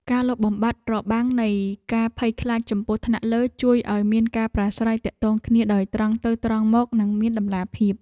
ការលុបបំបាត់របាំងនៃការភ័យខ្លាចចំពោះថ្នាក់លើ ជួយឱ្យមានការប្រាស្រ័យទាក់ទងគ្នាដោយត្រង់ទៅត្រង់មកនិងមានតម្លាភាព។